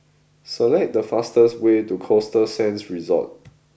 select the fastest way to Costa Sands Resort